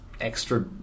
extra